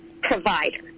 provider